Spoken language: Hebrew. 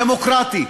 דמוקרטי.